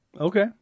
Okay